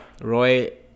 Roy